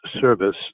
service